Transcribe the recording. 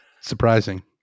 surprising